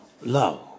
love